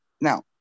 Now